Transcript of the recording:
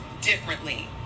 differently